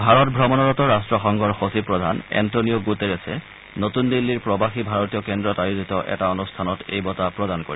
ভাৰত ভ্ৰমণৰত ৰাষ্ট্ৰসংঘৰ সচিবপ্ৰধান এণ্টনিঅ' গুটেৰেছে নতুন দিল্লীৰ প্ৰবাসী ভাৰতীয় কেন্দ্ৰত আয়োজিত এটা অনুষ্ঠানত এই বঁটা প্ৰদান কৰিব